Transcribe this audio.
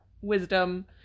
wisdom